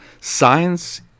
Science